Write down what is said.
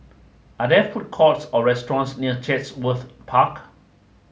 are there food courts or restaurants near Chatsworth Park